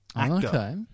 Okay